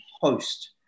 host